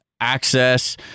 access